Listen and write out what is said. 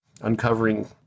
uncovering